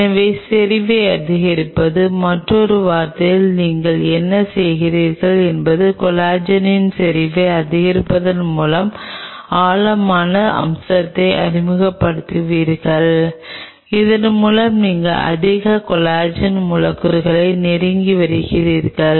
எனவே செறிவை அதிகரிப்பது மற்றொரு வார்த்தையில் நீங்கள் என்ன செய்கிறீர்கள் என்பது கொலாஜனின் செறிவை அதிகரிப்பதன் மூலம் ஆழமான அம்சத்தை அறிமுகப்படுத்துகிறீர்கள் இதன் மூலம் நீங்கள் அதிக கொலாஜன் மூலக்கூறுகளை நெருங்கி வருகிறீர்கள்